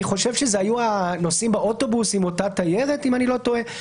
אני חושב שאלה היו הנוסעים באוטובוס עם אותה תיירת או בכמה